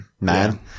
man